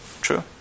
true